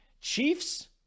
Chiefs